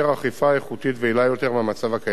איכותית ויעילה יותר מהמצב הקיים כיום.